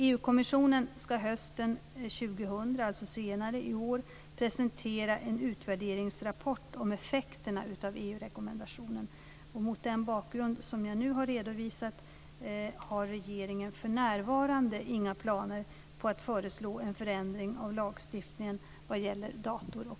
EU-kommissionen ska hösten 2000, alltså senare i år, presentera en utvärderingsrapport om effekterna av EU-rekommendationen. Mot den bakgrund som jag nu har redovisat har regeringen för närvarande inga planer på att föreslå en förändring av lagstiftningen vad gäller dator och